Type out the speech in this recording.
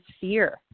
fear